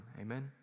amen